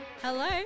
Hello